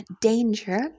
danger